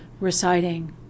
reciting